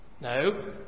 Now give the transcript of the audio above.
No